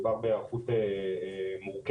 מדובר בהיערכות מורכבת